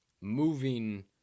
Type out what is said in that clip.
Moving